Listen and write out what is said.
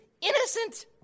innocent